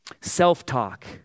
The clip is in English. self-talk